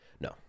No